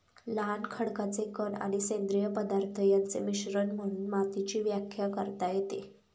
लहान खडकाचे कण आणि सेंद्रिय पदार्थ यांचे मिश्रण म्हणून मातीची व्याख्या करता येते